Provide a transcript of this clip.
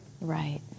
Right